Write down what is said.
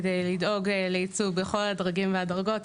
כדי לדאוג לייצוג בכל הדרגים והדרגות,